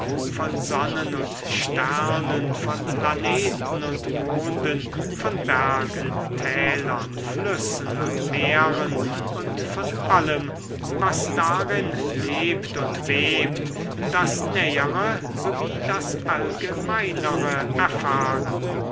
von sonnen und sternen von planeten und monden von bergen tälern flüssen und meeren und von allem was darin lebt und webt das nähere sowie das allgemeinere erfahren